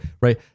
right